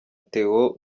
theo